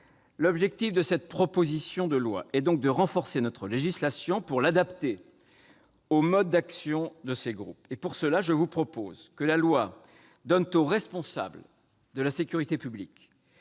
L'objectif de cette proposition de loi est donc de renforcer notre législation afin de l'adapter aux modes d'action de ces groupes. À cette fin, je vous propose que la loi confère aux responsables de la sécurité publique